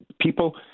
people